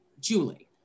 Julie